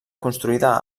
construïda